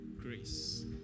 grace